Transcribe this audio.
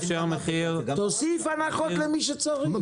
תוסיף הנחות למי שצריך.